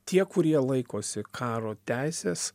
tie kurie laikosi karo teisės